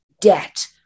debt